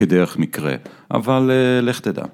בדרך מקרה אבל אה.. לך תדע